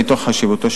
מתוך חשיבותו,